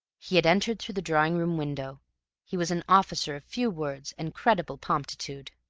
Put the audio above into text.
he had entered through the drawing-room window he was an officer of few words and creditable promptitude.